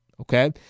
okay